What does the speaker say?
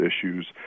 issues